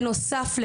בנוסף,